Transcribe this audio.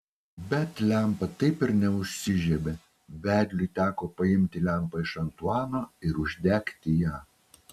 bet lempa taip ir neužsižiebė vedliui teko paimti lempą iš antuano ir uždegti ją